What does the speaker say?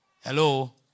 Hello